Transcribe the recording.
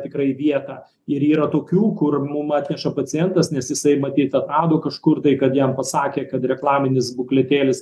tikrai vietą ir yra tokių kur mum atneša pacientas nes jisai matyt atrado kažkur tai kad jam pasakė kad reklaminis bukletėlis